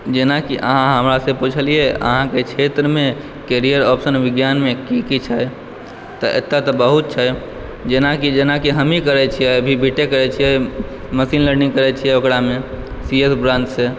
जेना कि अहाँ हमरा सऽ पुछलियै अहाँ के क्षेत्रमे केरियर आप्शन विज्ञानमे की किछु अय तऽ एतय तऽ बहुत छै जेना कि जेना कि हमही करै छियै अभी बी टेक करै छियै मशीन लर्निंग करै छियै ओकरामे पीअर्स ब्रांच छै